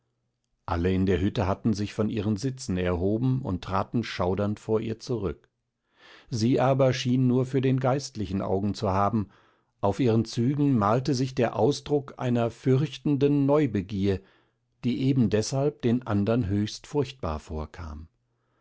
alle in der hütte hatten sich von ihren sitzen erhoben und traten schaudernd vor ihr zurück sie aber schien nur für den geistlichen augen zu haben auf ihren zügen malte sich der ausdruck einer fürchtenden neubegier die eben deshalb den andern höchst furchtbar vorkam